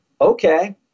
okay